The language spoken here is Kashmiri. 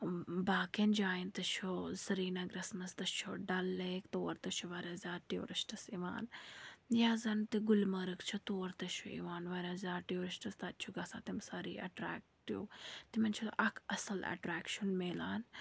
باقیَن جایَن تہِ چھُ سرینگرَس مَنٛز تہِ چھُ ڈَل لیک تور تہِ چھُ واریاہ زیادٕ ٹیوٗرِسٹٕس یِوان یا زَن تہِ گُلمَرٕگ چھِ تور تہِ چھُ یِوان واریاہ زیادٕ ٹیوٗرِسٹٕس تَتہِ چھُ گَژھان تِم سٲری اٮ۪ٹریکٹِو تِمَن چھُ اَکھ اَصٕل اٮ۪ٹریکشَن مِلان